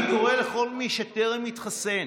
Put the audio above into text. אני קורא לכל מי שטרם התחסן